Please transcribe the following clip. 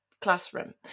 classroom